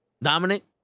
Dominic